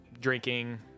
drinking